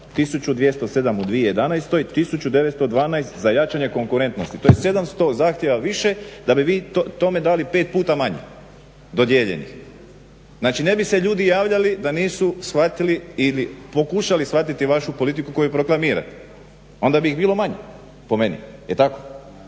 1207 u 2011., 1912 za jačanje konkurentnosti. To je 700 zahtjeva više da bi vi tome dali 5 puta manje dodijeljenih. Znači, ne bi se ljudi javljali da nisu shvatili ili pokušali shvatiti vašu politiku koju proklamirate. Onda bi ih bilo manje po meni, jel' tako?